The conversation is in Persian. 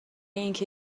اینکه